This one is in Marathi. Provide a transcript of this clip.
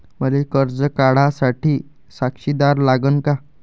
मले कर्ज काढा साठी साक्षीदार लागन का?